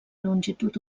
longitud